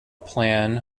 plan